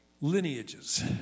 Lineages